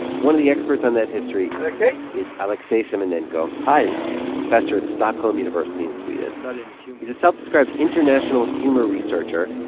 one of the experts on that history. alexey. is alexey simonenko hi he's a professor at stockholm university in sweden studying humor. he's a self-described international humor researcher,